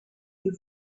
you